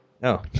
No